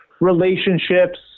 relationships